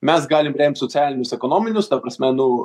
mes galim remt socialinius ekonominius ta prasme nu